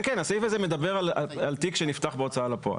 הסעיף הזה מדבר על תיק שנפתח בהוצאה לפועל.